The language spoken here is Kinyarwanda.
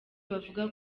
bavuga